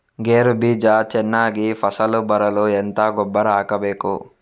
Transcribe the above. ಗೇರು ಬೀಜ ಚೆನ್ನಾಗಿ ಫಸಲು ಬರಲು ಎಂತ ಗೊಬ್ಬರ ಹಾಕಬೇಕು?